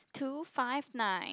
two five nine